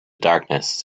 darkness